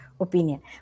opinion